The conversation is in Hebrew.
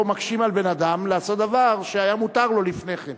פה מקשים על בן-אדם לעשות דבר שהיה מותר לו לפני כן.